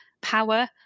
power